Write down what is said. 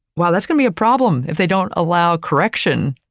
wow, that's gonna be a problem, if they don't allow correction,